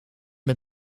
met